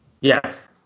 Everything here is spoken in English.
Yes